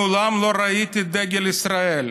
מעולם לא ראיתי דגל ישראל.